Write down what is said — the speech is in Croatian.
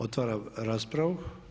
Otvaram raspravu.